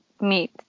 meet